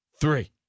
three